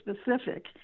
specific